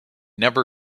never